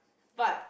but